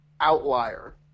outlier